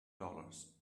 dollars